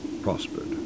prospered